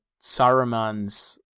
Saruman's